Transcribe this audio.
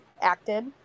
acted